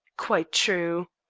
quite true.